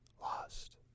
Lost